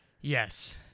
Yes